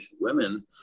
women